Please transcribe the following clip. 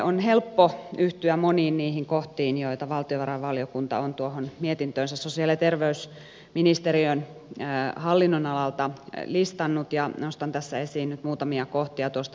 on helppo yhtyä moniin niihin kohtiin joita valtiovarainvaliokunta on mietintöönsä sosiaali ja terveysministeriön hallinnonalalta listannut ja nostan tässä esiin nyt muutamia kohtia tuosta mietinnöstä